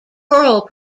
choral